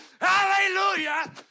Hallelujah